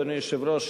אדוני היושב-ראש,